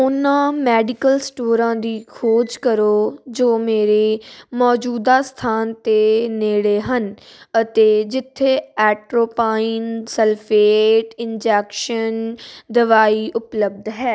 ਉਹਨਾਂ ਮੈਡੀਕਲ ਸਟੋਰਾਂ ਦੀ ਖੋਜ ਕਰੋ ਜੋ ਮੇਰੇ ਮੌਜੂਦਾ ਸਥਾਨ ਦੇ ਨੇੜੇ ਹਨ ਅਤੇ ਜਿੱਥੇ ਐਟ੍ਰੋਪਾਈਨ ਸਲਫੇਟ ਇੰਜੈਕਸ਼ਨ ਦਵਾਈ ਉਪਲਬਧ ਹੈ